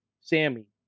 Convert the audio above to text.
Sammy